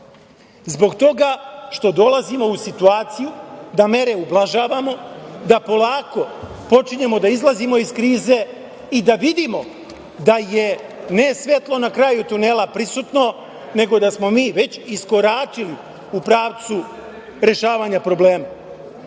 zbog toga što dolazimo u situaciju da mere ublažavamo, da polako počinjemo da izlazimo iz krize i da vidimo da je ne svetlo na kraju tunela prisutno, nego da smo mi već iskoračili u pravcu rešavanja problema. Kada